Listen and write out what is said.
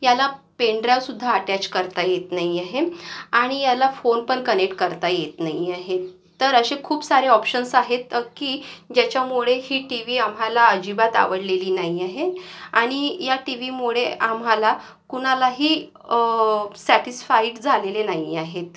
याला पेन ड्रायवसुद्धा अटॅच करता येत नाही आहे आणि याला फोनपण कनेक्ट करता येत नाहीआहे तर असे खूप सारे ऑप्शन्स आहेत की ज्याच्यामुळे ही टी वी आम्हाला अजिबात आवडलेली नाही आहे आणि या टीवीमुळे आम्हाला कुणालाही सॅटिस्फाईड झालेले नाही आहेत